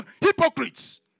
hypocrites